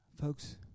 Folks